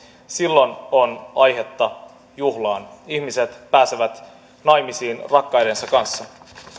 silloin on aihetta juhlaan ihmiset pääsevät naimisiin rakkaidensa kanssa